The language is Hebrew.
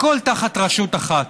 הכול תחת רשות אחת,